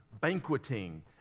banqueting